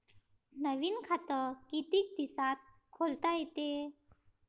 नवीन खात कितीक दिसात खोलता येते?